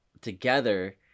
together